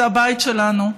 זה הבית שלנו,